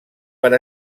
per